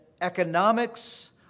economics